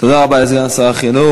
תודה רבה לסגן שר החינוך.